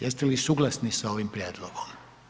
Jeste li suglasni sa ovim prijedlogom?